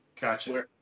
Gotcha